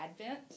Advent